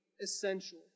essential